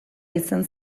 izan